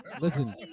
Listen